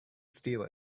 steal